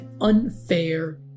unfair